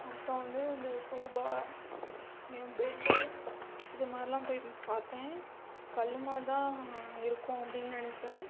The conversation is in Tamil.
அப்புறம் வந்து இந்த சோபா பெட்டு இது மாதிரிலாம் போயி பார்த்தேன் கல் மாதிரிதான் இருக்கும் அப்படின்னு நெனைச்சேன்